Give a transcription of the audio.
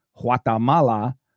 Guatemala